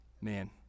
Man